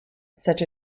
such